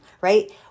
right